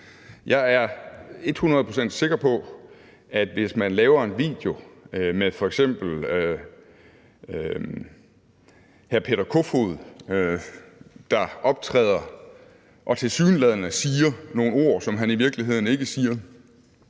procent sikker på, at hvis man laver en video med f.eks. hr. Peter Kofod, der optræder og tilsyneladende siger nogle ord, som han i virkeligheden ikke siger,